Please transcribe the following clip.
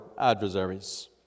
adversaries